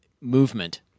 movement